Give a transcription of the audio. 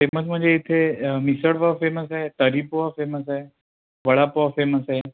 famous म्हणजे इथे misal pav famous आहे तर्री पोहा फेमस आहे वडापाव फेमस आहे